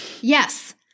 Yes